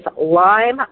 Lime